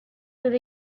with